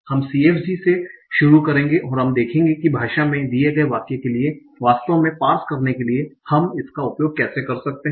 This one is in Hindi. हम CFG से शुरू करेंगे और हम देखेंगे कि भाषा में दिए गए वाक्य के लिए वास्तव में पार्स करने के लिए हम इसका उपयोग कैसे कर सकते हैं